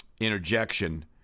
interjection